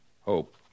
hope